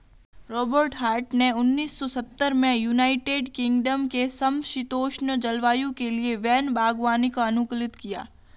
Robert Hart ने उन्नीस सौ सत्तर में यूनाइटेड किंगडम के समषीतोष्ण जलवायु के लिए वैन बागवानी को अनुकूलित किया